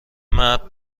مرد